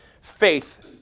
faith